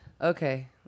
okay